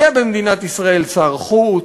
יהיה במדינת ישראל שר חוץ.